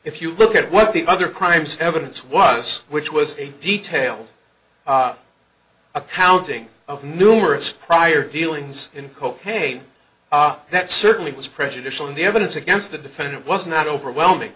if you look at what the other crimes evidence was which was a detailed accounting of numerous prior dealings in co pay that certainly was prejudicial and the evidence against the defendant was not overwhelming